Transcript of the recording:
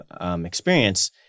experience